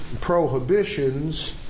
prohibitions